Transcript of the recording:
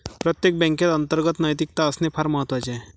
प्रत्येक बँकेत अंतर्गत नैतिकता असणे फार महत्वाचे आहे